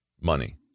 Money